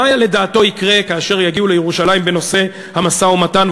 מה לדעתו יקרה כאשר יגיעו לירושלים בנושא המשא-ומתן,